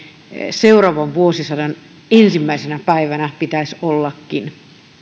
seuraavan vuosisadan ensimmäisenä päivänä pitäisi ollakin